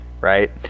right